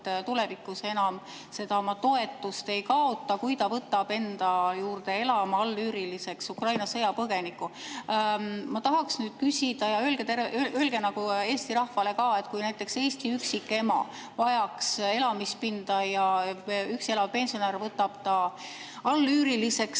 kohaselt seda oma toetust ei kaota, kui ta võtab enda juurde elama allüüriliseks Ukraina sõjapõgeniku. Ma tahaksin küsida ja öelge Eesti rahvale ka, et kui näiteks Eesti üksikema vajaks elamispinda ja üksi elav pensionär võtab ta allüüriliseks,